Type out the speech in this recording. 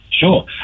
Sure